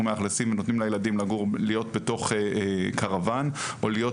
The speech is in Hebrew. נותנים לילדים ללמוד בתוך קרוואן או להיות